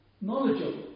knowledgeable